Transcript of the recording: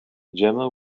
jemma